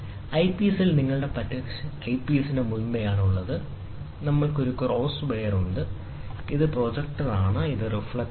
ഐപീസിൽ നിങ്ങളുടെ പക്കലുള്ളത് ഐപീസിന് മുമ്പുള്ളതാണ് നമ്മൾക്ക് ഒരു ക്രോസ് വയർ ഉണ്ട് തുടർന്ന് ഇത് പ്രൊജക്ടറാണ് ഇത് റിഫ്ലക്ടറാണ്